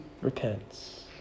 repents